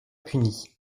punis